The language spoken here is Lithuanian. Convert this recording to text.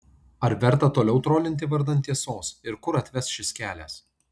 ar verta toliau trolinti vardan tiesos ir kur atves šis kelias